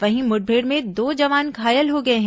वहीं मुठभेड़ में दो जवान घायल हो गए हैं